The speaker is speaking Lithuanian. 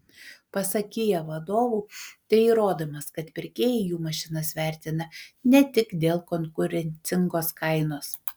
pasak kia vadovų tai įrodymas kad pirkėjai jų mašinas vertina ne tik dėl konkurencingos kainos